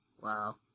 Wow